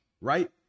right